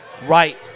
Right